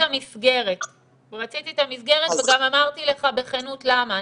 אני רק רציתי את המסגרת וגם אמרתי לך בכנות למה.